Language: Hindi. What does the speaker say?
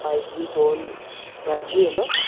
five G phone five G है ना